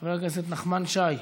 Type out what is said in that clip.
חבר הכנסת נחמן שי,